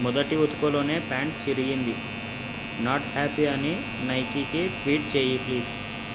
మొదటి ఉతుకులోనే ప్యాంట్ చిరిగింది నాట్ హ్యాపీ అని నైకీకి ట్వీట్ చెయ్యి ప్లీజ్